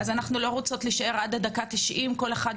אז אנחנו לא רוצות להישאר עד הדקה התשעים שכל מטופל לא